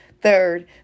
Third